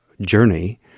journey